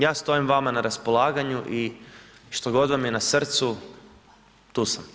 Ja stojim vama na raspolaganju i što god vam je na srcu tu sam.